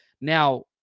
Now